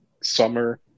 summer